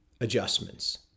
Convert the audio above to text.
adjustments